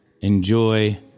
Enjoy